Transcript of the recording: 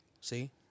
See